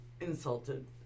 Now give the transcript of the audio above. insulted